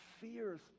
fears